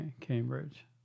Cambridge